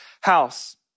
house